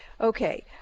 Okay